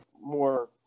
More